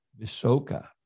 visoka